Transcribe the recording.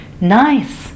nice